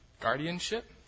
guardianship